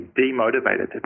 demotivated